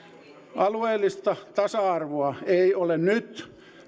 alueellista tasa arvoa ei ole nyt